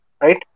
Right